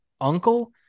uncle